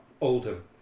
Oldham